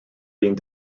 being